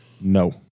No